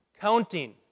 counting